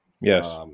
Yes